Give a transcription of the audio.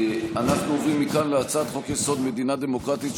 אנחנו עוברים מכאן להצעת חוק-יסוד: מדינה דמוקרטית,